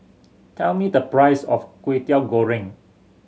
tell me the price of Kway Teow Goreng